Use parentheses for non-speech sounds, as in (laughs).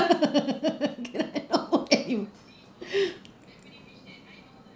(laughs) okay look at you (breath)